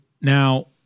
Now